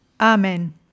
Amen